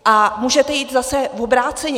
A můžete jít zase obráceně.